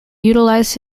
utilized